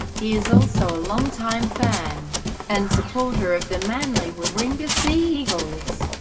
he is also a long-time fan and supporter of the manly-warringah sea eagles,